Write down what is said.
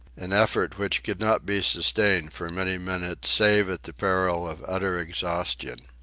an effort which could not be sustained for many minutes save at the peril of utter exhaustion.